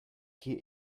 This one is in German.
gehe